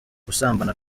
gusambana